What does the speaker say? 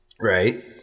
Right